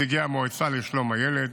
נציגי המועצה לשלום הילד,